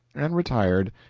and retired,